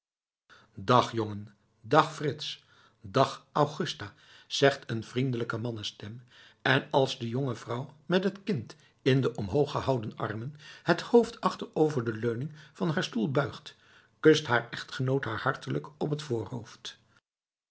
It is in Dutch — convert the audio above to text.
dag jongen dag frits dag augusta zegt een vriendelijke mannenstem en als de jonge vrouw met het kind in de omhooggehouden armen het hoofd achter over de leuning van haar stoel buigt kust haar echtgenoot haar hartelijk op het voorhoofd